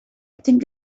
think